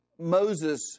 Moses